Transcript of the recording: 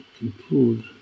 conclude